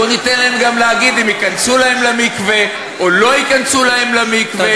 בוא ניתן להן גם להגיד אם ייכנסו להן למקווה או לא ייכנסו להן למקווה.